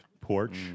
porch